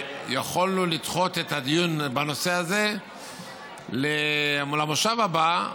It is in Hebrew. יכולנו לדחות את הדיון בנושא הזה למושב הבא,